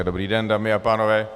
Dobrý den, dámy a pánové.